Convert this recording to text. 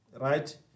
Right